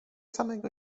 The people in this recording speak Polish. samego